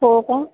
हो का